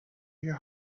your